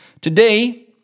Today